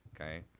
okay